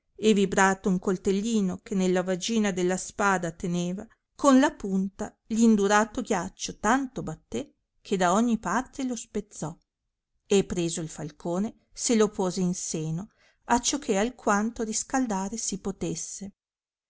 e vibrato un coltellino che nella vagina della spada teneva con la punta l'indurato ghiaccio tanto battè che da ogni parte lo spezzò e preso il falcone se lo pose in seno acciò che alquanto riscaldare si potesse